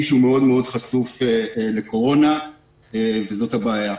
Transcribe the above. שהוא מאוד מאוד חשוף לקורונה וזאת הבעיה.